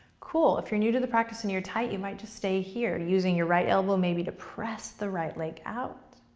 cool, if you're new to the practice and you're tight, you might just stay here using your right elbow maybe to press the right leg out.